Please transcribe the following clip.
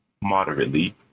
moderately